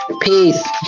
peace